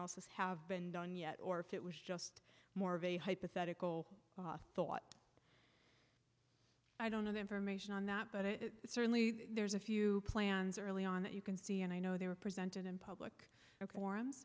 elsa's have been done yet or if it was just more of a hypothetical thought i don't know the information on that but it certainly there's a few plans early on that you can see and i know they were presented in public forum